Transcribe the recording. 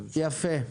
יפה.